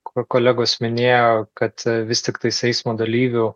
kur kolegos minėjo kad vis tiktais eismo dalyvių